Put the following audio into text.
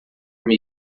uma